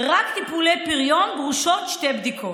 ורק בטיפולי פריון דרושות שתי בדיקות?